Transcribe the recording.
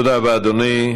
תודה רבה, אדוני.